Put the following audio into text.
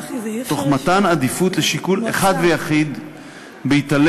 תוך מתן עדיפות לשיקול אחד ויחיד ובהתעלם